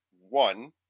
one